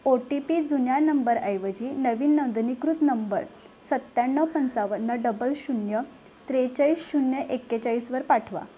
ओ T P जुन्या नंबर ऐवजी नवीन नोंदणीकृत नंबर सत्त्याण्णव पंचावन्न डबल शून्य त्रेचाळीस शून्य एक्केचाळीसवर पाठवा